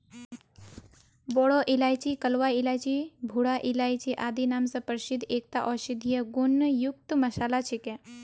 बोरो इलायची कलवा इलायची भूरा इलायची आदि नाम स प्रसिद्ध एकता औषधीय गुण युक्त मसाला छिके